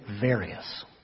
various